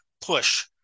push